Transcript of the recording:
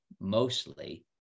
mostly